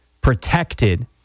protected